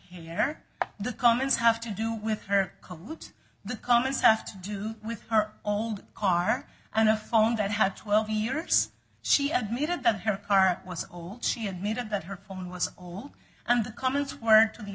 or the comments have to do with her the comments have to do with her old car and a phone that had twelve years she admitted that her car was old she admitted that her phone was old and the comments were to